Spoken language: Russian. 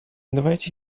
давайте